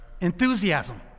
Enthusiasm